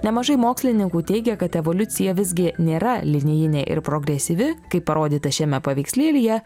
nemažai mokslininkų teigia kad evoliucija visgi nėra linijinė ir progresyvi kaip parodyta šiame paveikslėlyje